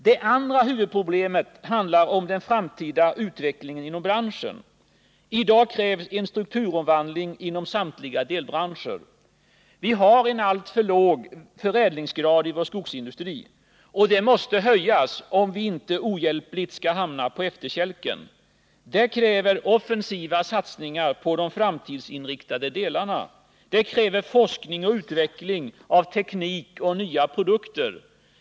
Det andra huvudproblemet handlar om den framtida utvecklingen inom branschen. I dag krävs en strukturomvandling inom samtliga delbranscher. Förädlingsgraden i vår skogsindustri är alltför låg. Den måste höjas om vi inte ohjälpligt skall komma på efterkälken. För allt detta krävs offensiva satsningar på de framtidsinriktade delarna. Det kräver forskning och utveckling av teknik och nya produkter.